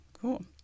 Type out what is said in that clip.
cool